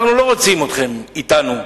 אנחנו לא רוצים אתכם אתנו,